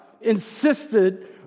insisted